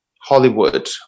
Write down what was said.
hollywood